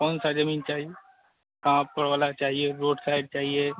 कौनसा ज़मीन चाहिए कहा पर वाला चाहिए रोड साइड चाहिए